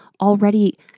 already